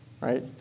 right